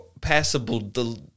Passable